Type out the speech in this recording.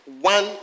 one